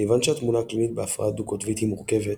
כיוון שהתמונה הקלינית בהפרעה דו-קוטבית היא מורכבת,